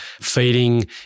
feeding